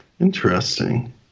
Interesting